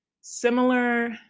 similar